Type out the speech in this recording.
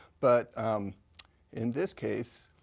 but in this case,